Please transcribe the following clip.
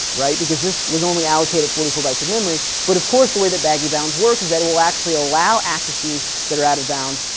right. because this was only allocated forty four bytes of memory, but of course the way that baggy bounds works is that it will actually allow axises that are out of bounds,